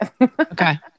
Okay